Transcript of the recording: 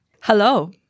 Hello